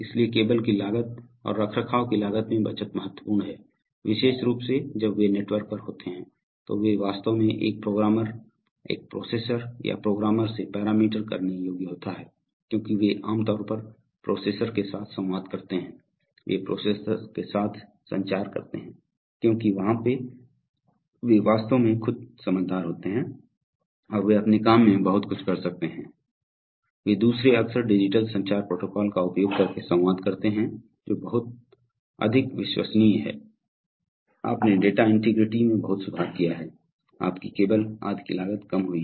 इसलिए केबल की लागत और रखरखाव की लागत में बचत महत्वपूर्ण है विशेष रूप से जब वे नेटवर्क पर होते हैं तो वे वास्तव में एक प्रोग्रामर एक प्रोसेसर या प्रोग्रामर से पैरामीटर करने योग्य होता है क्योंकि वे आम तौर पर प्रोसेसर के साथ संवाद करते हैं वे प्रोसेसर के साथ संचार करते हैं क्योंकि वहाँ वे वास्तव में खुद समझदार होते हैं और वे अपने काम में बहुत कुछ कर सकते हैं वे दूसरे अक्सर डिजिटल संचार प्रोटोकॉल का उपयोग करके संवाद करते हैं जो बहुत अधिक विश्वसनीय हैं आपने डेटा इंटीग्रिटी में बहुत सुधार किया है आपकी केबल आदि की लागत कम हुई है